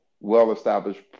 well-established